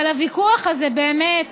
אבל הוויכוח הזה באמת